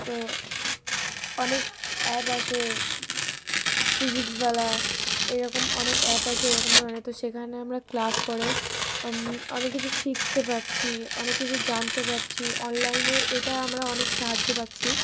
তো অনেক অ্যাপ আছে ফিজিক্স বালা এরকম অনেক অ্যাপ আছে এরকম ধরনের তো সেখানে আমরা ক্লাস করে অনেক কিছু শিখতে পারছি অনেক কিছু জানতে পারছি অনলাইনে এটা আমরা অনেক সাহায্য পাচ্ছি